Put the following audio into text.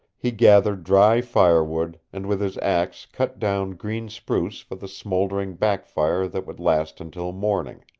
he gathered dry fire wood and with his axe cut down green spruce for the smouldering back-fire that would last until morning.